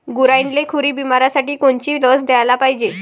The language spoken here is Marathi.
गुरांइले खुरी बिमारीसाठी कोनची लस द्याले पायजे?